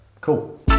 cool